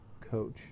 coach